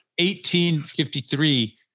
1853